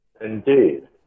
Indeed